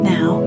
Now